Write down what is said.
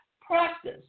practice